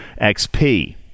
XP